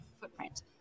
footprint